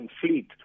fleet